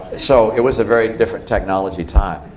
so it was a very different technology time.